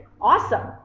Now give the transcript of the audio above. Awesome